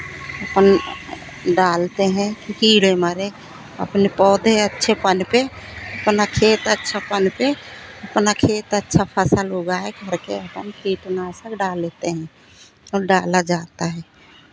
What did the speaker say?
अपन डालते हैं कि कीड़े मरे अपने पौधे अच्छे पनपे अपना खेत अच्छा पनपे अपना खेत अच्छा फसल उगाए घर के अपन कीटनाशक डालते हैं और डाला जाता है